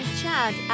chad